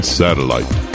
satellite